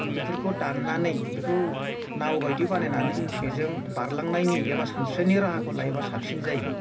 बेफोरखौ दाननानै बेखौ नाव बायदि बानायनानै बेजों बारलांनायनि एबा सानस्रिनायनि राहाखौ लायोब्ला साबसिन जायो